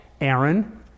Aaron